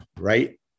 right